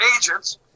agents